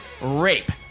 rape